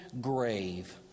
grave